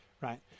right